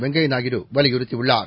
வெங்கைய நாயுடு வலியுறுத்தியுள்ளார்